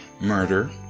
murder